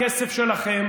הכסף שלכם